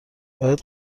باید